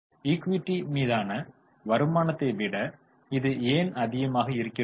equity மீதான வருமானத்தை விட இது ஏன் அதிகமாக இருக்கிறது